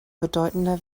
bedeutender